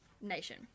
nation